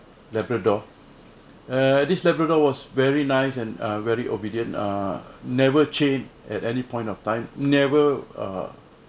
labrador err this labrador was very nice and very obedient err never chained at any point of time never err